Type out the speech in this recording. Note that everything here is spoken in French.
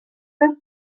peu